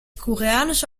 koreanische